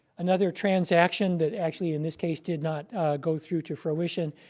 another transaction that actually in this case did not go through to fruition.